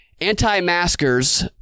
anti-maskers